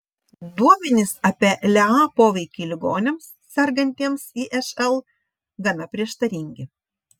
duomenys apie lea poveikį ligoniams sergantiems išl gana prieštaringi